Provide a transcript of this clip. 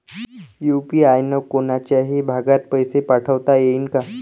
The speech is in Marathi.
यू.पी.आय न कोनच्याही भागात पैसे पाठवता येईन का?